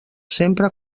sempre